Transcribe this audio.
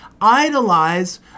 idolize